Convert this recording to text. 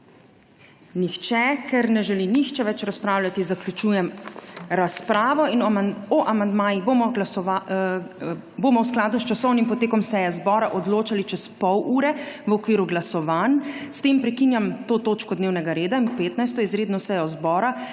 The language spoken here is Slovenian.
Nihče. Ker ne želi nihče več razpravljati zaključujem razpravo. O amandmajih bomo v skladu s časovnim potekom seje zbora odločali čez pol ure v okviru glasovanj. S tem prekinjam to točko dnevnega reda in 15. izredno sejo zbora,